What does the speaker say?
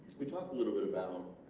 we talked a little bit about